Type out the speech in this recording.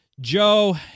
Joe